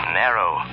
narrow